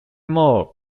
more